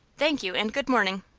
thank you, and good-morning.